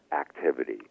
activity